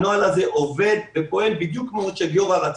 הנוהל הזה עובד ופועל בדיוק כפי שגיורא איילנד רצה.